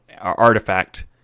Artifact